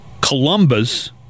Columbus